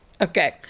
Okay